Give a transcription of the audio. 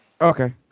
Okay